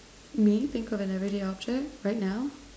me think of an everyday object right now